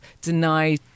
deny